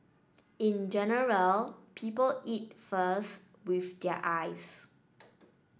in general people eat first with their eyes